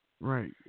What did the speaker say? Right